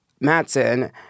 Matson